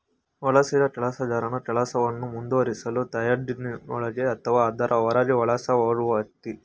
ವಲಸಿಗ ಕೆಲಸಗಾರನು ಕೆಲಸವನ್ನು ಮುಂದುವರಿಸಲು ತಾಯ್ನಾಡಿನೊಳಗೆ ಅಥವಾ ಅದರ ಹೊರಗೆ ವಲಸೆ ಹೋಗುವ ವ್ಯಕ್ತಿ